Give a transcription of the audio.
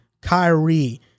Kyrie